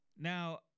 Now